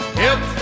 help